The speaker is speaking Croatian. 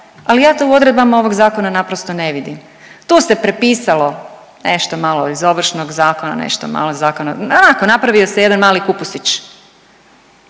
Ali ja to u odredbama ovog Zakona naprosto ne vidim. Tu se prepisalo nešto malo iz Ovršnog zakona, nešto malo iz zakona, onako, napravio se jedan mali kupusić.